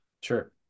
Sure